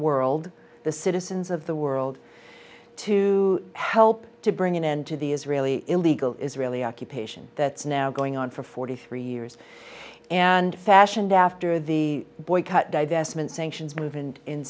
world the citizens of the world to help to bring an end to the israeli illegal israeli occupation that's now going on for forty three years and fashioned after the boycott divestment sanctions mov